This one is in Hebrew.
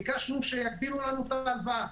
ביקשנו שיגדילו לנו את ההלוואה,